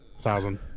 thousand